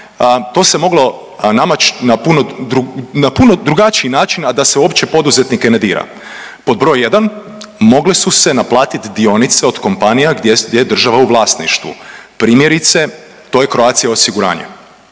to se moglo na puno drugačiji način a da se uopće poduzetnike ne dira. Pod broj 1 mogle su se naplatiti dionice od kompanija gdje je država u vlasništvu. Primjerice to je Croatia osiguranje.